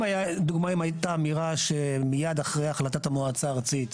אם לדוגמה הייתה אמירה שמייד אחרי החלטת המועצה הארצית,